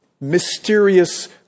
mysterious